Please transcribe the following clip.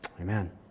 Amen